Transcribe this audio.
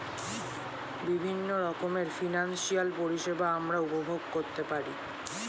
বিভিন্ন রকমের ফিনান্সিয়াল পরিষেবা আমরা উপভোগ করতে পারি